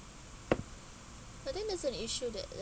I think that's an issue that